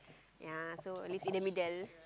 ya so is in the middle